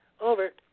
Over